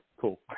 cool